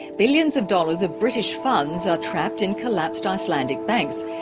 billions of dollars of british funds are trapped in collapsed icelandic banks,